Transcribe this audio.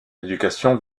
éducation